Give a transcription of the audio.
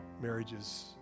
marriages